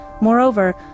Moreover